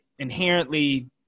inherently